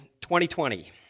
2020